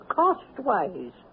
cost-wise